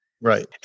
Right